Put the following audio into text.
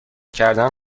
کردن